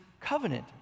covenant